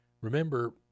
Remember